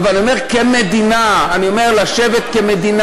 אבל אני אומר: לשבת כמדינה,